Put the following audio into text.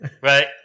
Right